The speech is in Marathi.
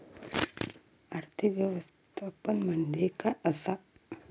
आर्थिक व्यवस्थापन म्हणजे काय असा?